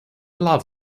love